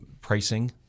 pricing